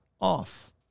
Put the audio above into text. off